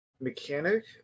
mechanic